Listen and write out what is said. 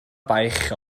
baich